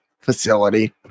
facility